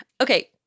okay